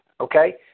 okay